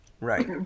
Right